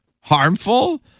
harmful